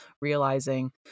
realizing